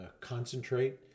concentrate